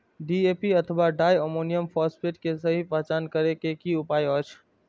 DAP अथवा di ammonium phosphate के सहि पहचान करे के कि उपाय अछि?